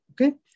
Okay